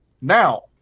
Now